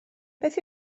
beth